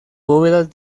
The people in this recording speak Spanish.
bóvedas